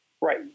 Right